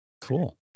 Cool